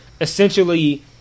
essentially